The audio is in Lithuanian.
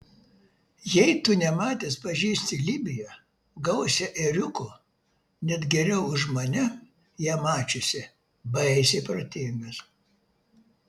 jei tu nematęs pažįsti libiją gausią ėriukų net geriau už mane ją mačiusį baisiai protingas